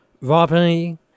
robbery